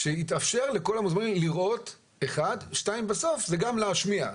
שיתאפשר לכל המוזמנים לראות וגם להשמיע.